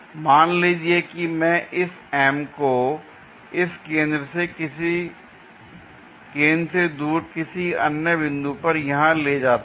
मान लीजिए कि मैं इस M को इस केंद्र से दूर किसी अन्य बिंदु पर यहाँ ले जाता हूँ